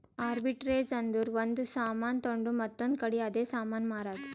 arbitrage ಅಂದುರ್ ಒಂದ್ ಸಾಮಾನ್ ತೊಂಡು ಮತ್ತೊಂದ್ ಕಡಿ ಅದೇ ಸಾಮಾನ್ ಮಾರಾದ್